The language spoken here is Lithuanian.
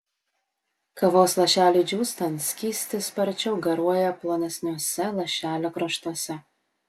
kavos lašeliui džiūstant skystis sparčiau garuoja plonesniuose lašelio kraštuose